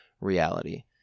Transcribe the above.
reality